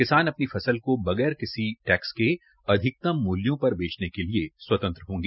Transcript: किसान अपनी फसल को बगैर किसी टैक्स के अधिकतम मूल्यों पर बेचने के लिए स्वतंत्र होगा